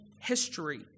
history